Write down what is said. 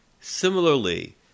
Similarly